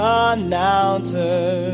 announcer